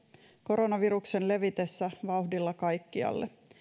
koronaviruksen levitessä vauhdilla kaikkialle